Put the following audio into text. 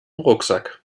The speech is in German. rucksack